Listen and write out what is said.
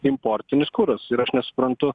importinis kuras ir aš nesuprantu